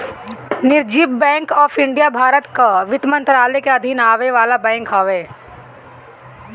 reserve bank of India Bharat कअ वित्त मंत्रालय के अधीन आवे वाला बैंक हअ